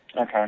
Okay